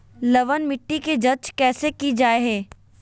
लवन मिट्टी की जच कैसे की जय है?